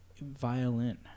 violin